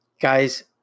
Guys